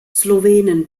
slowenen